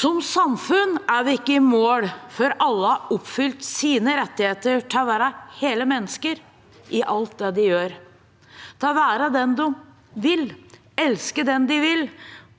Som samfunn er vi ikke i mål før alle får oppfylt sin rett til å være hele mennesker i alt de gjør, til å være den de vil, elske hvem de vil,